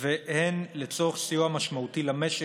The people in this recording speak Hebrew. והן לצורך סיוע משמעותי למשק,